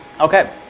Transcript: Okay